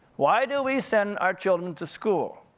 why do we send our children to school?